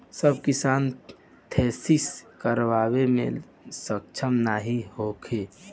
सब किसान थ्रेसिंग करावे मे सक्ष्म नाही होले